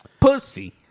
Pussy